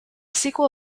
sequel